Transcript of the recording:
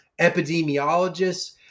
epidemiologists